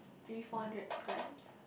three four hundred grams